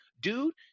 dude